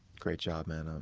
great job man, and